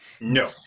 No